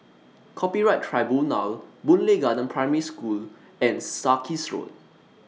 Copyright Tribunal Boon Lay Garden Primary School and Sarkies Road